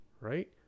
Right